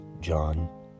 John